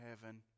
heaven